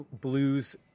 blues